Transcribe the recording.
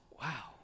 wow